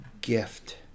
gift